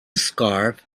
scarf